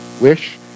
Wish